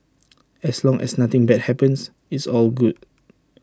as long as nothing bad happens it's all good